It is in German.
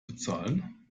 bezahlen